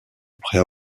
après